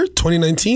2019